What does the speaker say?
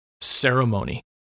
ceremony